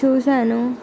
చూసాను